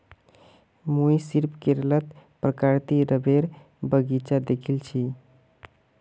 मुई सिर्फ केरलत प्राकृतिक रबरेर बगीचा दखिल छि